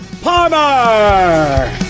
palmer